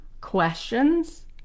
questions